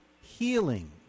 healing